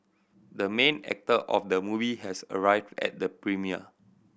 the main actor of the movie has arrived at the premiere